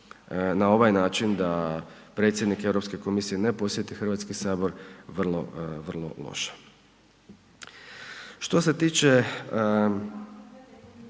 na ovaj način da predsjednik Europske komisije ne posjeti Hrvatski sabor vrlo loša.